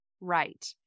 Right